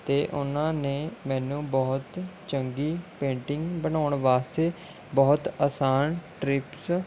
ਅਤੇ ਉਨ੍ਹਾਂ ਨੇ ਮੈਨੂੰ ਬਹੁਤ ਚੰਗੀ ਪੇਂਟਿੰਗ ਬਣਾਉਣ ਵਾਸਤੇ ਬਹੁਤ ਆਸਾਨ ਟ੍ਰਿਪਸ